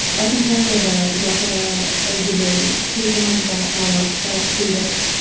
i can tell you about zakariya ah zubeidi, he's one of the al aksa leaders,